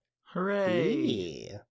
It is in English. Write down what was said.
Hooray